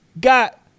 got